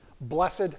blessed